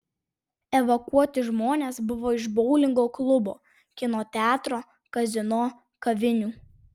evakuoti žmonės buvo iš boulingo klubo kino teatro kazino kavinių